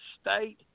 state